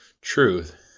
truth